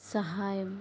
సహాయం